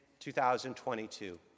2022